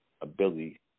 ability